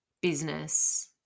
business